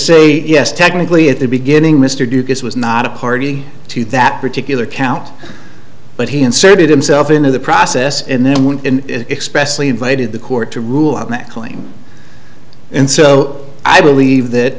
yes technically at the beginning mr ducasse was not a party to that particular count but he inserted himself into the process and then in express lee invited the court to rule out that claim and so i believe that